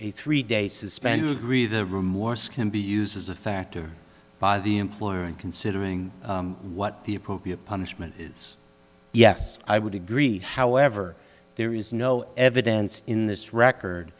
a three day suspension agree the remorse can be used as a factor by the employer and considering what the appropriate punishment is yes i would agree however there is no evidence in this record